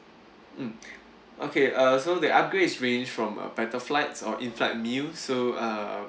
mm okay uh so that upgrade is ranged from a better flights or inflight meal so um